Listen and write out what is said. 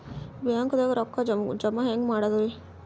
ಬ್ಯಾಂಕ್ದಾಗ ರೊಕ್ಕ ಜಮ ಹೆಂಗ್ ಮಾಡದ್ರಿ?